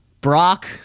Brock